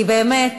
כי באמת,